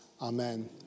Amen